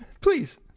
Please